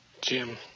jim